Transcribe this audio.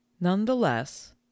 Nonetheless